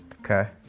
Okay